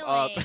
up